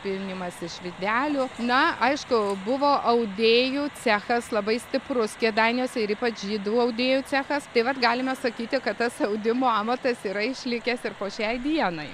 pynimas iš vytelių na aišku buvo audėjų cechas labai stiprus kėdainiuose ir ypač žydų audėjų cechas tai vat galime sakyti kad tas audimo amatas yra išlikęs ir po šiai dienai